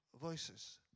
voices